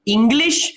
English